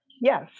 Yes